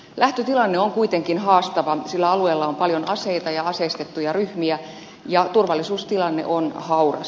lähtötilanne on kuitenkin haastava sillä alueella on paljon aseita ja aseistettuja ryhmiä ja turvallisuustilanne on hauras